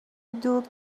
دوگ